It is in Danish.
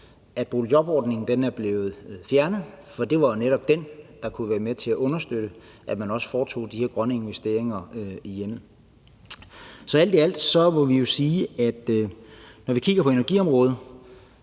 at boligjobordningen er blevet fjernet, for det var netop noget, der kunne være med til at understøtte, at man også foretog de her grønne investeringer i hjemmet. Så alt i alt må vi sige, at når vi kigger på energiområdet,